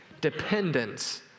dependence